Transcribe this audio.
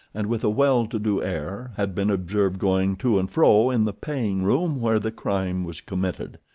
and with a well-to-do air, had been observed going to and fro in the paying room where the crime was committed.